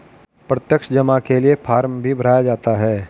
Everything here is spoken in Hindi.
प्रत्यक्ष जमा के लिये फ़ार्म भी भराया जाता है